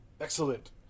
excellent